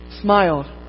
smiled